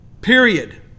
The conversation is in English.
Period